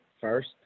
first